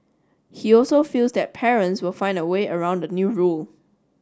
he also feels that parents will find a way around the new rule